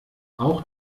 auch